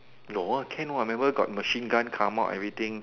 no can what remember got machine gun come out and everything